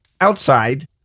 outside